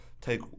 take